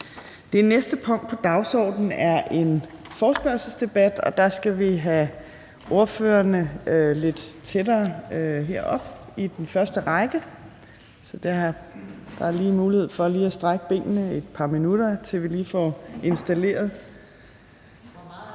Det næste punkt er en forespørgselsdebat, og der skal vi have ordførerne herop på første række. Så der er mulighed for lige at strække benene et par minutter, til vi lige får folk på plads.